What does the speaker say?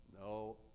No